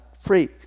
free